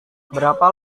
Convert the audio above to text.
berapa